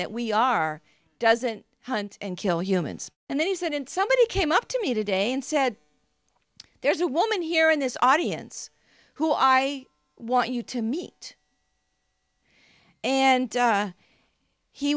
that we are doesn't hunt and kill humans and that is that and somebody came up to me today and said there's a woman here in this audience who i want you to meet and